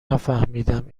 نفهمیدم